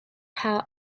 how